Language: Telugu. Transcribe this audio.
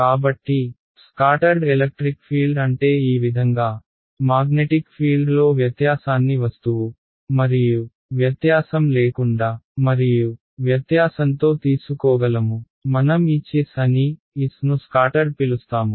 కాబట్టి స్కాటర్డ్ ఎలక్ట్రిక్ ఫీల్డ్ అంటే ఈ విధంగా మాగ్నెటిక్ ఫీల్డ్ లో వ్యత్యాసాన్ని వస్తువు మరియు వ్యత్యాసం లేకుండా మరియు వ్యత్యాసంతో తీసుకోగలము మనం Hs అని s ను స్కాటర్డ్ పిలుస్తాము